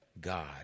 God